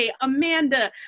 Amanda